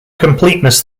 completeness